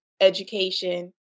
education